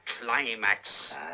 climax